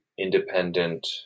independent